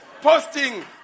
posting